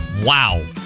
Wow